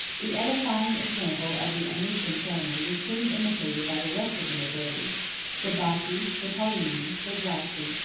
the edifying example of the anician family was soon imitated by the rest of the nobility the bassi, the paullini, the gracchi,